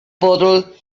bottle